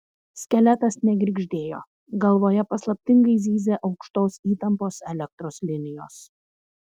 skeletas negirgždėjo galvoje paslaptingai zyzė aukštos įtampos elektros linijos